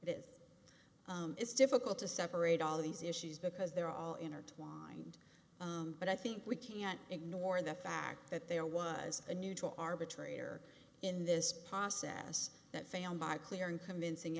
is it's difficult to separate all these issues because they're all intertwined but i think we can't ignore the fact that there was a neutral arbitrator in this process that found by clear and convincing